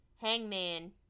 Hangman